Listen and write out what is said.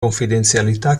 confidenzialità